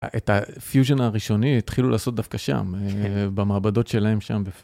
את הפיוז'ן הראשוני התחילו לעשות דווקא שם, במעבדות שלהם שם.